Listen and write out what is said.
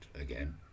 again